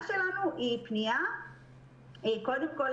קודם כול,